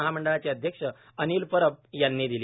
महामंडळाचे अध्यक्ष अनिल परब यांनी दिली